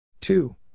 Two